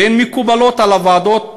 והן מקובלות על הוועדות המחוזיות,